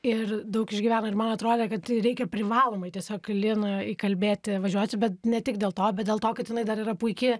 ir daug išgyveno ir man atrodė kad reikia privalomai tiesiog liną įkalbėti važiuoti bet ne tik dėl to bet dėl to kad jinai dar yra puiki